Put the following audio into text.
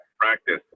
practice